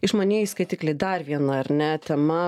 išmanieji skaitikliai dar viena ar ne tema